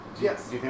Yes